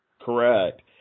Correct